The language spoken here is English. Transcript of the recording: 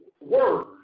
word